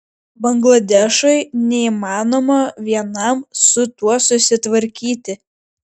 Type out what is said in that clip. bangladešui neįmanoma vienam su tuo susitvarkyti